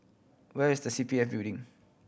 where is C P F Building